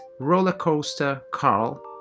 rollercoastercarl